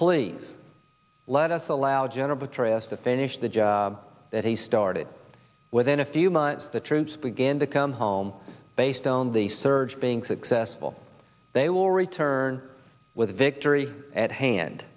please let us allow general petraeus to finish the job that he started within a few months the troops begin to come home based on the surge being successful they will return with victory at hand